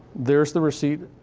there's the receipt,